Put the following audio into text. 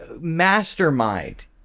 mastermind